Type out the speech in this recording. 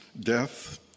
death